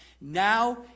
Now